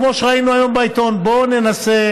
כמו שראינו היום בעיתון: בוא ננסה